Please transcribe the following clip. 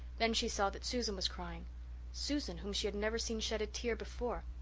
then she saw that susan was crying susan, whom she had never seen shed a tear before.